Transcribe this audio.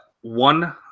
one